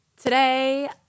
Today